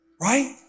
Right